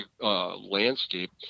landscape